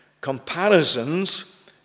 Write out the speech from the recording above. comparisons